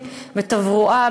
בתברואה,